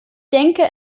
denke